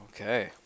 Okay